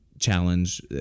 challenge